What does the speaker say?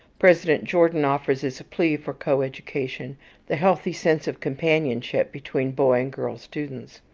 president jordan offers as a plea for co-education the healthy sense of companionship between boy and girl students.